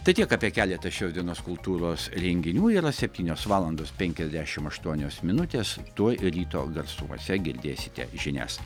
tai tiek apie keletą šios dienos kultūros renginių ir septynios valandos penkiasdešimt aštuonios minutės tuoj ryto garsuose girdėsite žinias